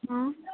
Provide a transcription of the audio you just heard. ହଁ